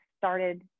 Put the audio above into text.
started